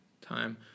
Time